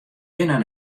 binne